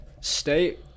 state